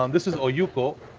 um this is olluco,